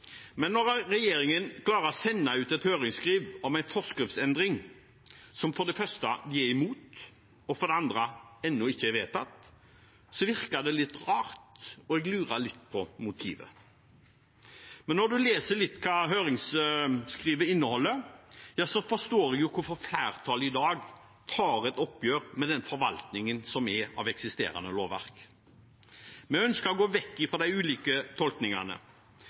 men når regjeringen klarer å sende ut et høringsskriv om en forskriftsendring som de for det første er imot, og som for det andre ennå ikke er vedtatt, virker det litt rart, og jeg lurer litt på motivet. Men når jeg leser og ser hva høringsskrivet inneholder, forstår jeg hvorfor flertallet i dag tar et oppgjør med den forvaltningen som er av eksisterende lover. Vi ønsker å gå vekk fra de ulike tolkningene